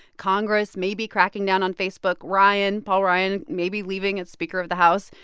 congress maybe cracking down on facebook, ryan paul ryan maybe leaving as speaker of the house.